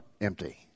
empty